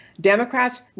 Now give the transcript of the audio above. Democrats